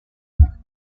même